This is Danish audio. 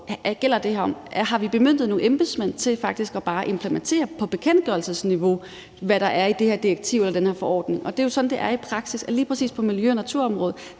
område det her gælder. Har vi bemyndiget nogle embedsmand til faktisk at implementere på bekendtgørelsesniveau, hvad der er i det her direktiv eller den her forordning? Det er jo sådan, det er i praksis. Lige præcis på natur- og miljøområdet